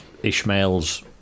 Ishmael's